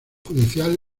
judicial